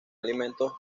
alimentos